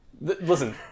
Listen